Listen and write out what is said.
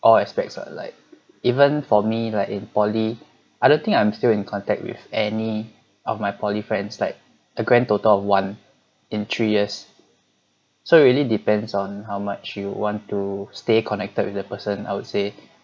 all aspects [what] like even for me like in poly I don't think I'm still in contact with any of my poly friends like a grand total of one in three years so it really depends on how much you want to stay connected with the person I would say